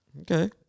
Okay